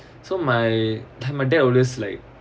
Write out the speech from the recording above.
so my my dad always like